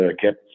kept